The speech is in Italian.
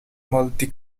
molti